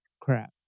crap